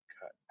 cut